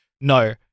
No